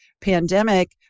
pandemic